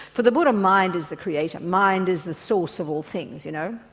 for the buddha mind is the creator, mind is the source of all things, you know.